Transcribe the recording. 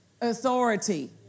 authority